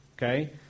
Okay